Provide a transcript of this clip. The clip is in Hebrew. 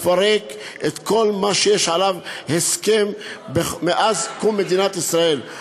לפרק את כל מה שיש עליו הסכם מאז קום מדינת ישראל.